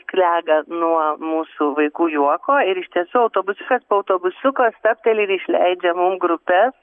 klega nuo mūsų vaikų juoko ir iš tiesų autobusiukas autobusiukas stabteli ir išleidžia mum grupes